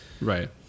Right